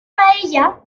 paella